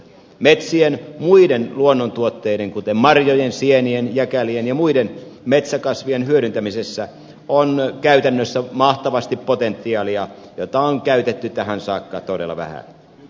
metsien muiden luonnontuotteiden kuten marjojen sienien jäkälien ja muiden metsäkasvien hyödyntämisessä on käytännössä mahtavasti potentiaalia jota on käytetty tähän saakka todella vähän